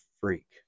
freak